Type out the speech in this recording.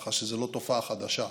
ככה שזו לא תופעה חדשה,